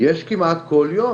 יש כמעט כל יום,